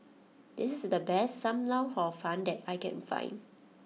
this is the best Sam Lau Hor Fun that I can find